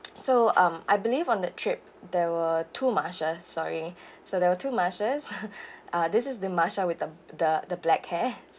so um I believe on the trip there were two marsha sorry so there were two marsha uh this is the marsha with the the black hair